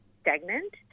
stagnant